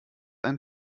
ein